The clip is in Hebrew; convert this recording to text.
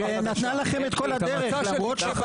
ששימש כמעט בכל תפקיד בבית הזה,